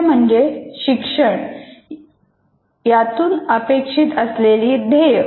मूल्य म्हणजे शिक्षण यातून अपेक्षित असलेली ध्येय